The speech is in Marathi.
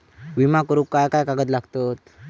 विमा करुक काय काय कागद लागतत?